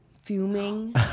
fuming